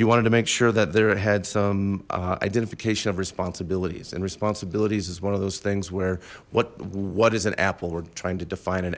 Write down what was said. you wanted to make sure that there had some identification of responsibilities and responsibilities is one of those things where what what is an apple we're trying to define an